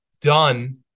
done